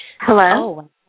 Hello